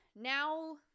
now